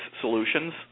solutions